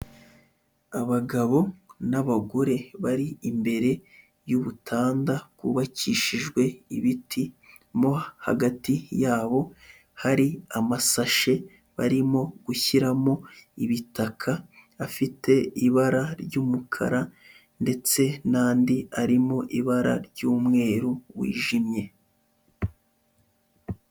Abagabo n'abagore bari imbere y'ubutanda bwubakishijwe ibiti, mo hagati yabo hari amasashe barimo gushyiramo ibitaka afite ibara ry'umukara ndetse n'andi arimo ibara ry'umweru wijimye.